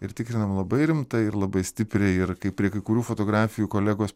ir tikrinam labai rimtai ir labai stipriai ir kaip prie kai kurių fotografijų kolegos